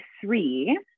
three